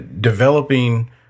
developing